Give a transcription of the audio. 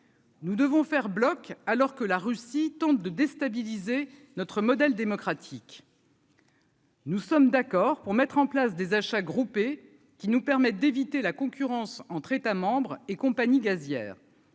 Nous devons faire bloc, alors que la Russie tente de déstabiliser notre modèle démocratique. Nous sommes d'accord pour mettre en place des achats groupés qui nous permettent d'éviter la concurrence entre États membres et compagnies gazières,